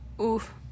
Oof